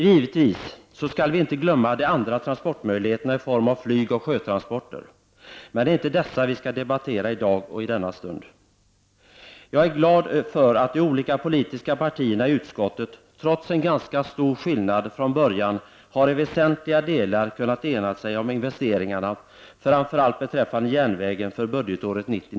Givetvis skall vi inte glömma de andra transportmöjligheterna, flygoch sjötransporter, men det är inte dessa vi skall debattera i dag och i denna stund. Jag är glad för att de olika politiska partierna i utskottet, trots en ganska stor skillnad från början, i väsentliga delar har kunnat ena sig om investeringarna, framför allt beträffande järnvägen, för budgetåret 1990/91.